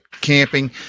camping